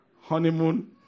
honeymoon